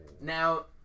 Now